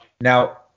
Now